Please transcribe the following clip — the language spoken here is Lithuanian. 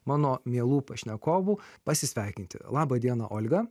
mano mielų pašnekovų pasisveikinti labą dieną olga